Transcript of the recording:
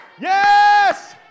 Yes